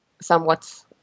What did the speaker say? somewhat